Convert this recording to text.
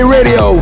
Radio